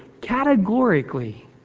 categorically